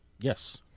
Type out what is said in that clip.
Yes